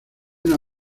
una